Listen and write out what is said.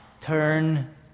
turn